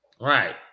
Right